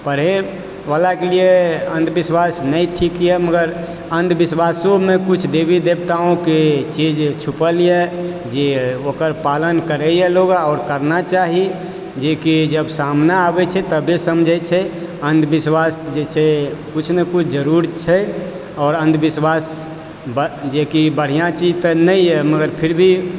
पढ़य वालाके लिए अन्धविश्वास नहि ठीक यऽ मगर अन्धविश्वासोमे कुछ देवी देवताओके चीज छुपलए जे ओकर पालन करयए लोग आओर करना चाही जेकि जब सामने आबय छै तबे समझय छै अन्धविश्वासजे छै कुछ न कुछ जरुर छै आओर अन्धविश्वास जेकि बढ़िआँ चीज तऽ नहि यऽ मगर फिर भी